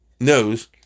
knows